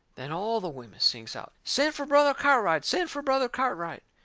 then all the women sings out send fur brother cartwright! send fur brother cartwright!